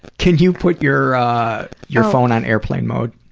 can you put your your phone on airplane mode?